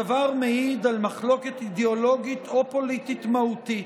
הדבר מעיד על מחלוקת אידיאולוגית או פוליטית מהותית,